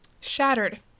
Shattered